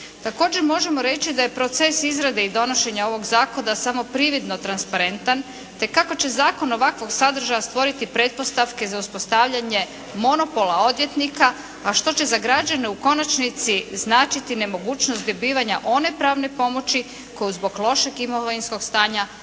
Također možemo reći da je proces izrade i donošenja ovog zakona samo prividno transparentan te kako će zakon ovakvog sadržaja stvoriti pretpostavke za uspostavljanje monopola odvjetnika a što će za građane u konačnici značiti nemogućnost dobivanja one pravne pomoći koju zbog lošeg imovinskog stanja